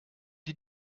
die